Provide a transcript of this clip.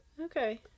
Okay